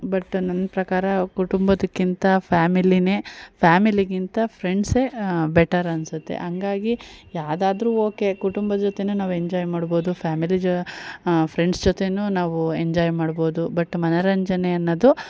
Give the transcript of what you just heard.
but ನನ್ನ ಪ್ರಕಾರ ಕುಟುಂಬದ್ಕಿಂತ ಫ್ಯಾಮಿಲಿನೇ ಫ್ಯಾಮಿಲಿಗಿಂತ ಫ್ರೆಂಡ್ಸೆ ಬೆಟರ್ ಅನಿಸುತ್ತೆ ಹಂಗಾಗಿ ಯಾವುದಾದ್ರು ಓಕೆ ಕುಟುಂಬದ ಜೊತೆ ನಾವು ಎಂಜಾಯ್ ಮಾಡ್ಬೌದು ಫ್ಯಾಮಿಲಿ ಜೊ ಫ್ರೆಂಡ್ಸ್ ಜೊತೆ ನಾವು ಎಂಜಾಯ್ ಮಾಡ್ಬೌದು ಬಟ್ ಮನರಂಜನೆ ಅನ್ನೋದು